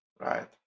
right